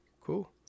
cool